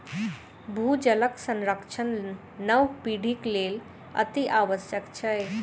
भूजलक संरक्षण नव पीढ़ीक लेल अतिआवश्यक छै